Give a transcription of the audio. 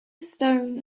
stone